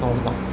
அவ்வளோ தான்